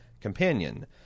companion